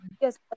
yes